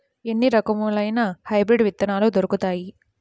ఎన్ని రకాలయిన హైబ్రిడ్ విత్తనాలు దొరుకుతాయి?